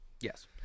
Yes